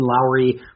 Lowry